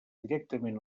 directament